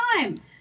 time